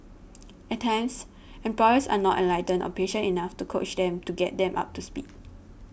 at times employers are not enlightened or patient enough to coach them to get them up to speed